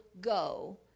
go